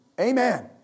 Amen